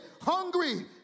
hungry